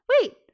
wait